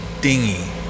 dingy